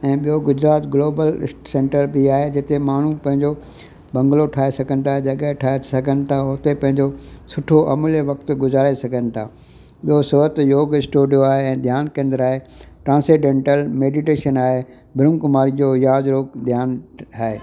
ऐं ॿियो Gujarat global centre बि आहे जिते माण्हू पंहिंजो बंगलो ठाहे सघनि था ऐं जॻह ठाहे सघनि था उते पंहिंजो सुठो अमुले वक़्तु गुज़ारे सघनि था ॿियो स्वस्थ योग स्टूडियो आहे ऐं ध्यानु केंद्र आहे ट्रासीडेंटल मेडीटेशन आहे ब्रहम कुमारी जो राज योग ध्यानु आहे